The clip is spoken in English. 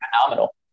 phenomenal